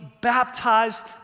baptized